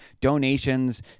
donations